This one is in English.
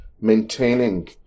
maintaining